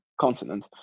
continent